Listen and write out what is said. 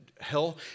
hell